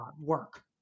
work